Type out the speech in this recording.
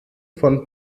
von